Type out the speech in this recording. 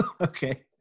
okay